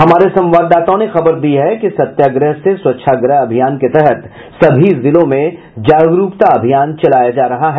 हमारे संवाददाताओं ने खबर दी है कि सत्याग्रह से स्वच्छाग्रह अभियान के तहत सभी जिलों में जागरूकता अभियान चलाया जा रहा है